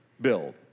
build